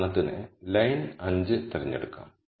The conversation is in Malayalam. ഉദാഹരണത്തിന് ലൈൻ 5 തിരഞ്ഞെടുക്കാം